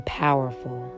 powerful